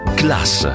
class